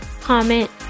comment